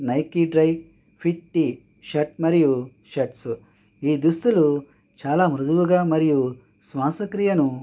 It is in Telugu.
నైక్ డ్రై ఫిట్ టీషర్ట్ మరియు షర్ట్స్ ఈ దుస్తులు చాలా మృదువుగా మరియు శ్వాసక్రియను